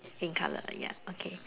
same colour ya okay